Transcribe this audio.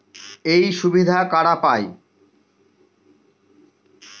এই সুবিধা কারা পায়?